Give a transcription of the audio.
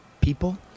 people